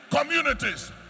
communities